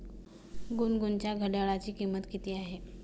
गुनगुनच्या घड्याळाची किंमत किती आहे?